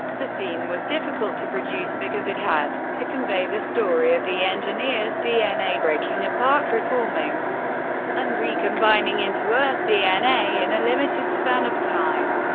the scene was difficult to produce, because it had to convey the story of the engineer's dna breaking apart, reforming and recombining into earth dna in a limited span of time.